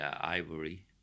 ivory